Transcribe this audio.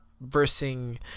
versing